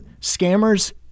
scammers